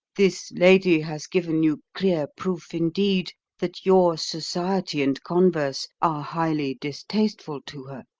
this lady has given you clear proof indeed that your society and converse are highly distasteful to her.